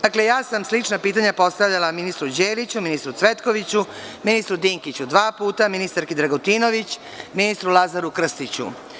Dakle, ja sam slična pitanja postavljala ministru Đeliću, ministru Cvetkoviću, ministru Dinkiću dva puta, ministarki Dragutinović, ministru Lazaru Krstiću.